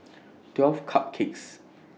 twelve Cupcakes